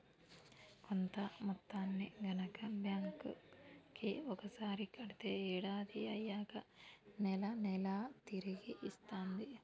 కొంత మొత్తాన్ని గనక బ్యాంక్ కి ఒకసారి కడితే ఏడాది అయ్యాక నెల నెలా తిరిగి ఇస్తాంది